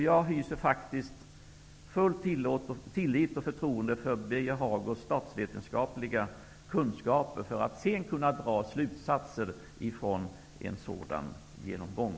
Jag hyser full tillit till och förtroende för att Birger Hagård med sina statsvetenskapliga kunskaper skall kunna dra slutsatser från en sådan genomgång.